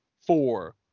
four